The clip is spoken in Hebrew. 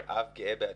כאב גאה בעצמי,